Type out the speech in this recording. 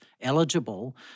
eligible